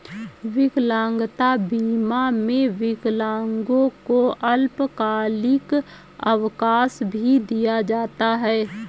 विकलांगता बीमा में विकलांगों को अल्पकालिक अवकाश भी दिया जाता है